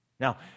Now